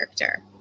character